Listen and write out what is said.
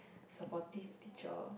supportive teacher